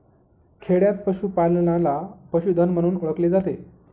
खेडयांत पशूपालनाला पशुधन म्हणून ओळखले जाते